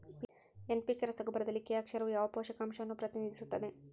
NPK ರಸಗೊಬ್ಬರದಲ್ಲಿ K ಅಕ್ಷರವು ಯಾವ ಪೋಷಕಾಂಶವನ್ನು ಪ್ರತಿನಿಧಿಸುತ್ತದೆ?